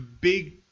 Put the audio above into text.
big